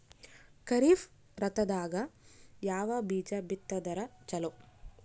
ಖರೀಫ್ ಋತದಾಗ ಯಾವ ಬೀಜ ಬಿತ್ತದರ ಚಲೋ?